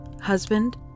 Husband